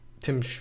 Tim